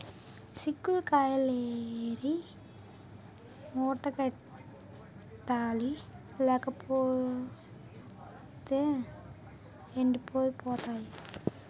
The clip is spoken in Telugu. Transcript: సిక్కుడు కాయిలేరి మూటకెత్తాలి లేపోతేయ్ ఎండిపోయి పోతాయి